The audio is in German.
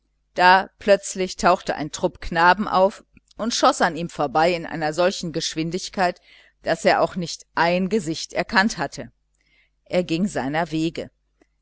da plötzlich tauchte ein trupp von knaben auf und schoß an ihm vorbei in solcher geschwindigkeit daß er auch nicht ein gesicht erkannt hatte ärgerlich ging er seiner wege